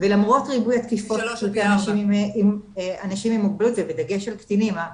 ולמרות ריבוי התקיפות אנשים עם מוגבלות ובדגש על קטינים,